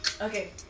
Okay